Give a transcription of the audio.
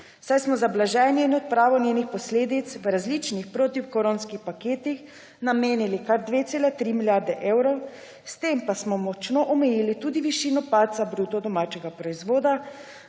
saj smo za blaženje in odpravo njenih posledic v različnih protikoronskih paketih namenili kar 2,3 milijarde evrov, s tem pa smo močno omejili tudi višino padca BDP državljanom